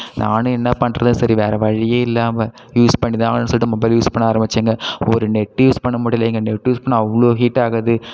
நானும் என்ன பண்ணுறது சரி வேற வழியே இல்லாமல் யூஸ் பண்ணி தான் ஆகணும்னு சொல்லிட்டு மொபைல் யூஸ் பண்ண ஆரம்மிச்சேங்க ஒரு நெட் யூஸ் பண்ண முடியலங்க நெட் யூஸ் பண்ணால் அவ்வளோ ஹீட் ஆகுது